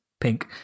pink